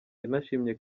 yanashimye